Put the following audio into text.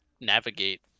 navigate